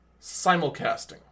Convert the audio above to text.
simulcasting